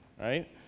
right